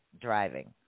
driving